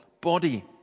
body